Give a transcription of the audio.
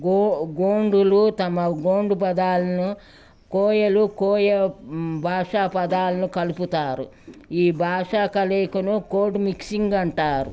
go గోండులు తమ గోండు పదాలను కోయలు కోయ భాషా పదాలను కలుపుతారు ఈ భాషా కలయికను కోడ్ మిక్సింగ్ అంటారు